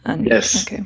yes